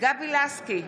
גבי לסקי,